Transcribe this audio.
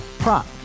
Prop